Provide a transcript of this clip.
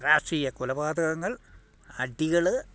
രാഷ്ട്രീയ കൊലപാതകങ്ങൾ അടികൾ